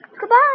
Goodbye